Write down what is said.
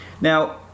Now